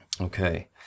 Okay